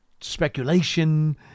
speculation